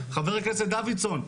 חבר הכנסת דוידסון,